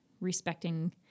respecting